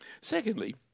Secondly